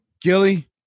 Gilly